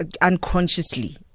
unconsciously